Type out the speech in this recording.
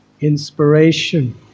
inspiration